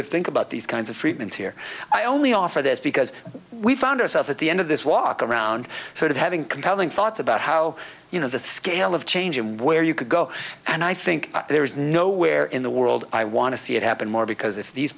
of think about these kinds of treatments here i only offer this because we found ourselves at the end of this walk around sort of having compelling thoughts about how you know the scale of change and where you could go and i think there is nowhere in the world i want to see it happen more because if these